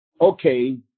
okay